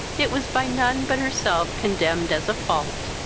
it was by none but herself condemned as a fault.